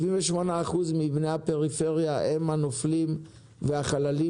78% מבני הפריפריה הם הנופלים והחללים